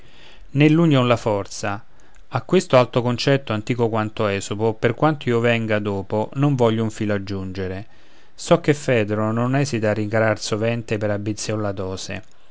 figliuoli nell'unïon la forza a questo alto concetto antico quanto esopo per quanto io venga dopo non voglio un filo aggiungere so che fedro non esita a rincarar sovente per ambizion la dose